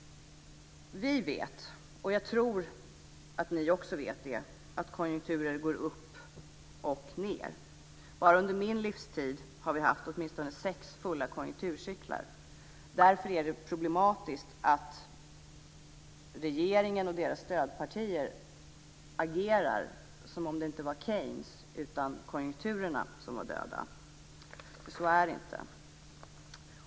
Vi vet - och jag tror att ni också vet det - att konjunkturer går upp och ned. Bara under min livstid har vi haft åtminstone sex fulla konjunkturcykler. Därför är det problematiskt att regeringen och dess stödpartier agerar som om det inte var Keynes utan konjunkturerna som var döda. Så är det inte.